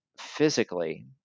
physically